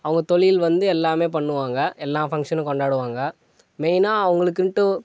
அவங்க தொழில் வந்து எல்லாமே பண்ணுவாங்க எல்லாம் ஃபங்க்ஷனும் கொண்டாடுவாங்க மெயினாக அவங்களுக்குன்ட்டு